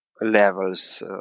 levels